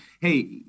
hey